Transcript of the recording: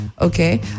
okay